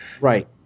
Right